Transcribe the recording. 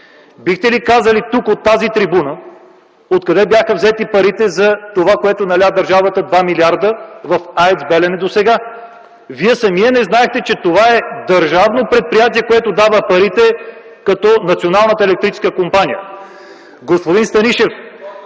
Бихте ли казали тук, от тази трибуна, откъде бяха взети парите за онова, което държавата наля досега в АЕЦ „Белене” – 2 милиарда?! Вие самият не знаехте, че това е държавно предприятие, което дава парите, като Националната електрическа компания. Господин Станишев,